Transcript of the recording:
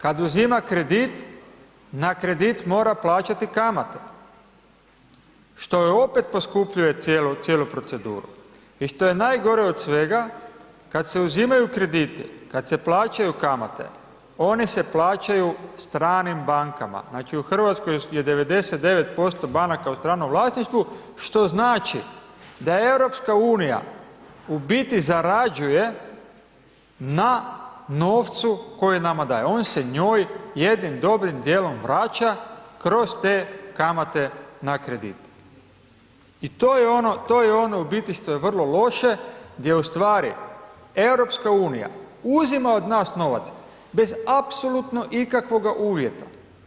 Kad uzima kredit, na kredit mora plaćati kamate, što je opet poskupljuje cijelu proceduru i što je najgore od svega, kad se uzimaju krediti, kad se plaćaju kamate, oni se plaćaju stranim bankama, znači, u RH je 99% banaka u stranom vlasništvu, što znači da EU u biti zarađuje na novcu koji nama daje, on se njoj jednim dobrim dijelom vraća kroz te kamate na kredite i to je ono to je ono u biti što je vrlo loše gdje u stvari EU uzima od nas novac bez apsolutno ikakvoga uvjeta.